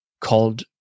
called